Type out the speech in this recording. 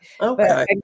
Okay